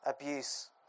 abuse